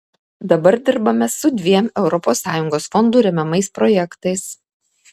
dabar dirbame su dviem europos sąjungos fondų remiamais projektais